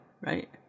Right